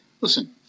listen